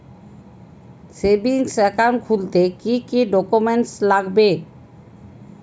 Savings account খুলতে কি কি ডকুমেন্টস লাগবে?